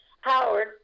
Howard—